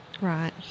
Right